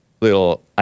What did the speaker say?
little